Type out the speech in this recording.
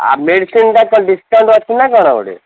ଆ medicine ଟା କ'ଣ discount ଅଛି ନା କ'ଣ ଏପଟେ